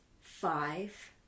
five